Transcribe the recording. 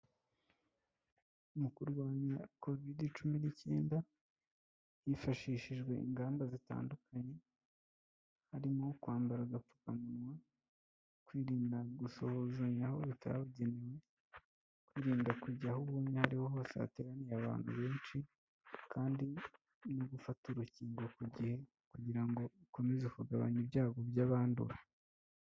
Mu kurwanya covide cumi n'icyenda hifashishijwe ingamba zitandukanye harimo; kwambara agapfukamunwa, kwirinda gusuhuzanyaho bitari bigenewe, kwirinda kujya aho ariho hose hateraniye abantu benshi kandi no gufata urukingo ku gihe kugira ngo ukomeze kugabanya ibyago by'abandura.